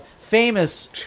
famous